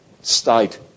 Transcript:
state